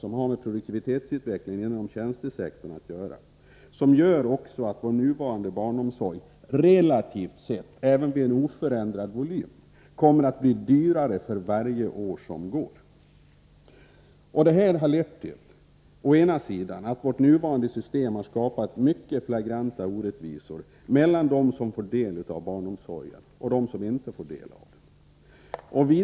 De har med produktivitetsutvecklingen inom tjänstesektorn att göra, och de leder till att vår nuvarande barnomsorg relativt sett — även vid en oförändrad volym — kommer att bli allt dyrare. Detta har å ena sidan lett till att vårt nuvarande system har skapat mycket flagranta orättvisor mellan dem som får del av barnomsorgen och dem som inte får del av den.